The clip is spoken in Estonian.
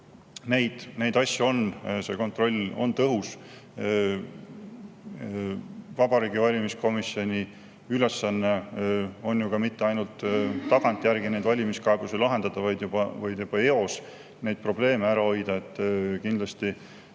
neid asju on. See kontroll on tõhus. Vabariigi Valimiskomisjoni ülesanne ei ole ju mitte ainult tagantjärgi valimiskaebusi lahendada, vaid juba eos neid probleeme ära hoida. Kindlasti